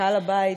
מנכ"ל הבית,